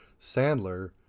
Sandler